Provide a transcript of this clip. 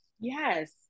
Yes